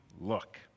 look